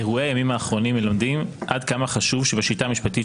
אירועי הימים האחרונים מלמדים עד כמה חשוב שבשיטה המשפטית